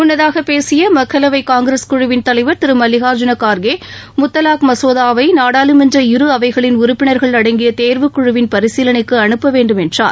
முன்னதாக பேசிய மக்களவை காங்கிரஸ் குழுவின் தலைவர் திரு மல்லிகா்ஜூன கார்கே முத்தலாக் மசோதாவை நாடாளுமன்ற இரு அவைகளின் உறுப்பினா்கள் அடங்கிய தேர்வுக் குழுவின் பரிசீலன்கு அனுப்ப வேண்டும் என்றார்